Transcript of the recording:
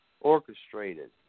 orchestrated